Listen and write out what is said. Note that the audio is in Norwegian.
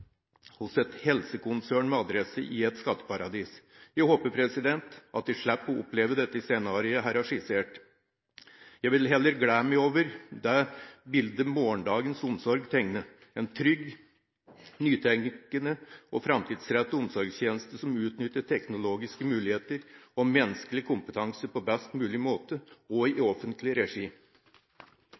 hos et helsekonsern med adresse i et skatteparadis. Jeg håper at jeg slipper å oppleve det scenariet jeg her har skissert. Jeg vil heller glede meg over det bildet Morgendagens omsorg tegner – en trygg, nytenkende og framtidsrettet omsorgstjeneste som utnytter teknologiske muligheter og menneskelig kompetanse på best mulig måte og i offentlig regi.